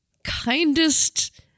kindest